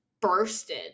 bursted